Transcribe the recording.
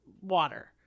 water